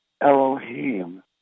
Elohim